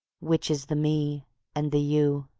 which is the me and the you?